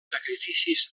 sacrificis